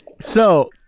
So-